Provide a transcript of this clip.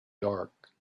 dark